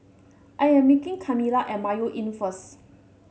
I am meeting Kamila at Mayo Inn first